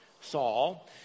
Saul